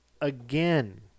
again